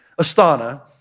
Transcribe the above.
Astana